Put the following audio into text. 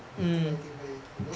每个人一定会 you know